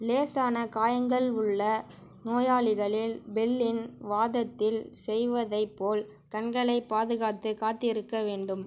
லேசான காயங்கள் உள்ள நோயாளிகளில் பெல்லின் வாதத்தில் செய்வதைப் போல் கண்களைப் பாதுகாத்து காத்திருக்க வேண்டும்